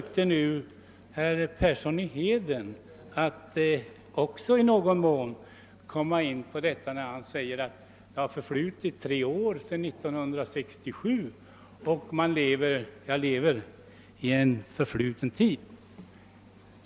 Också herr Persson i Heden försökte i viss mån göra det, när han sade att det har ju förflutit tre år sedan 1967 och att jag nu lever i förfluten tid.